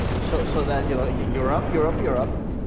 so so that you know ah europe, europe, europe,